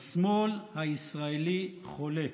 השמאל הישראלי חולה.